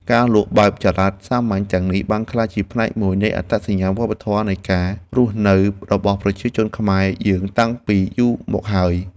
ការលក់បែបចល័តសាមញ្ញទាំងនេះបានក្លាយជាផ្នែកមួយនៃអត្តសញ្ញាណវប្បធម៌នៃការរស់នៅរបស់ប្រជាជនខ្មែរយើងតាំងពីយូរមកហើយ។